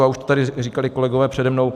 Už to tady říkali kolegové přede mnou.